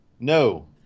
No